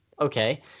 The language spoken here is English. okay